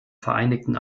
vereinigten